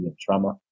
trauma